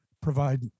provide